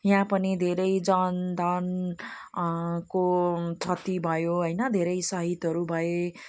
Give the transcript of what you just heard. यहाँ पनि धेरै जनधन को क्षति भयो हैन धेरै सहिदहरू भए